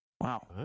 Wow